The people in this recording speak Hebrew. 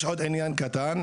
יש עוד עניין קטן,